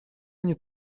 они